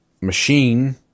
machine